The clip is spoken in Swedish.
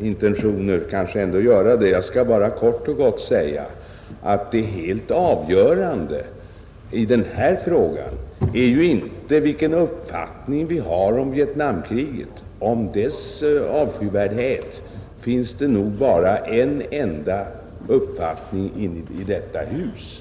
intentioner kanske ändå göra det. Jag skall bara kort och gott säga att det helt avgörande i den här frågan är inte vilken uppfattning vi har om Vietnamkriget. Om dess avskyvärdhet finns det nog bara en enda uppfattning i detta hus.